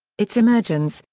its emergence,